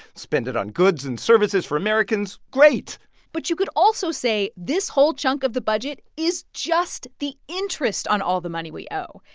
spend it on goods and services for americans great but you could also say this whole chunk of the budget is just the interest on all the money we owe.